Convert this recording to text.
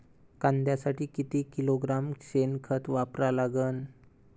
कांद्यासाठी किती किलोग्रॅम शेनखत वापरा लागन?